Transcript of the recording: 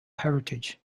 heritage